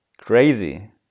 crazy